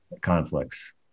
conflicts